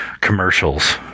commercials